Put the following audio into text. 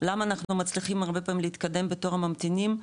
למה אנחנו מצליחים הרבה פעמים להתקדם בתור הממתינים,